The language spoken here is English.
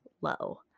low